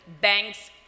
banks